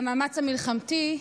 למאמץ המלחמתי,